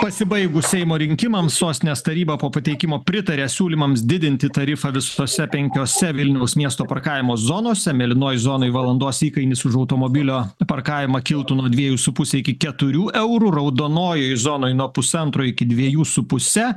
pasibaigus seimo rinkimams sostinės taryba po pateikimo pritarė siūlymams didinti tarifą visose penkiose vilniaus miesto parkavimo zonose mėlynoj zonoj valandos įkainis už automobilio parkavimą kiltų nuo dviejų su puse iki keturių eurų raudonojoj zonoje nuo pusantro iki dviejų su puse